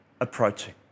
approaching